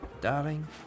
Darling